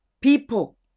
people